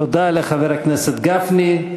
תודה לחבר הכנסת גפני.